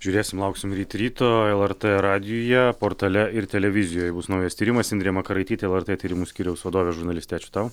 žiūrėsim lauksim ryt ryto lrt radijuje portale ir televizijoje bus naujas tyrimas indrė makaraitytė lrt tyrimų skyriaus vadovė žurnalistė ačiū tau